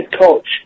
coach